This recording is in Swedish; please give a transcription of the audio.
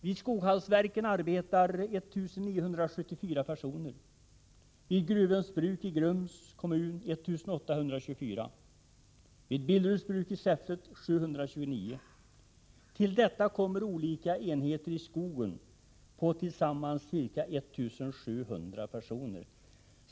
Vid Skoghallsverken arbetar 1 974 personer, vid Gruvöns Bruk i Grums kommun 1 824, vid Billeruds bruk i Säffle 729. Till detta kommer olika enheter i skogen, som tillsammans sysselsätter ca 1 700 personer.